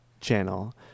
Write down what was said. channel